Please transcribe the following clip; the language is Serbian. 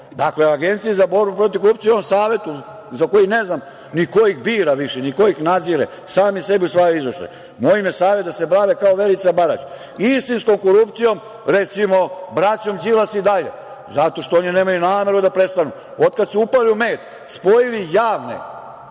dole. Dakle, Agencija za borbu protiv korupcije, onaj Savet, za koje ne znam ni ko ih bira ni ko iz nadzire, sami sebi usvajaju izveštaje. Moj im je savet da se bave kao Verica Barać, istinskom korupcijom, recimo, braćom Đilas i dalje. Zato što oni nemaju nameru da prestanu, od kada su upali u med, spojili javne